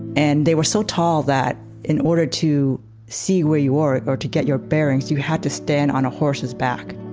and they were so tall that in order to see where you are or to get your bearings, you had to stand on a horse's back